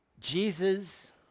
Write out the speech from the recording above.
Jesus